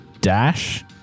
dash